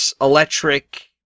electric